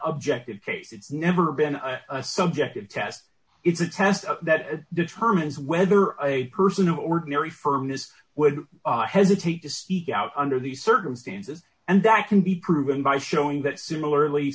it's never been a subjective test it's a test that determines whether a person of ordinary firmness would hesitate to speak out under these circumstances and that can be proven by showing that similarly